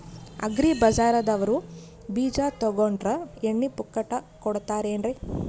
Agri ಬಜಾರದವ್ರು ಬೀಜ ತೊಗೊಂಡ್ರ ಎಣ್ಣಿ ಪುಕ್ಕಟ ಕೋಡತಾರೆನ್ರಿ?